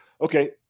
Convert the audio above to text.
okay